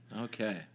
Okay